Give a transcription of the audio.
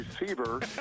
receiver